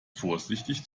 vorsichtig